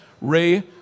Ray